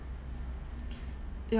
yeah